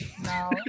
no